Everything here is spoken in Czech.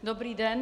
Dobrý den.